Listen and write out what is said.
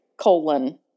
colon